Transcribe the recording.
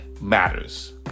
matters